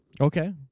Okay